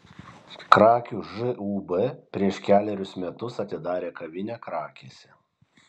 krakių žūb prieš kelerius metus atidarė kavinę krakėse